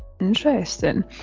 interesting